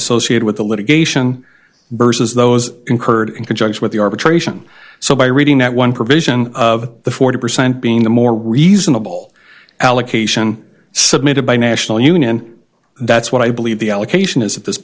associated with the litigation bursars those incurred in conjunction with the arbitration so by reading that one provision of the forty percent being the more reasonable allocation submitted by national union that's what i believe the allocation is at this